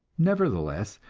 nevertheless,